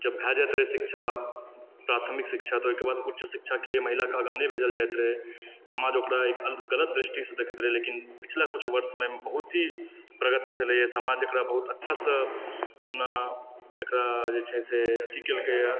जब भए जाइत रहै शिक्षा प्राथमिक शिक्षा तऽ ओहिके बाद उच्च शिक्षाके लिए महिलाके आगाँ नहि भेजल जाइत रहय समाज ओकरा एक गलत दृष्टिसँ देखैत रहय लेकिन पिछला किछु वर्षमे बहुत ही प्रगति भेलैए समाज एकरा बहुत अच्छासँ अपना एकरा जे छै से अथी केलकैए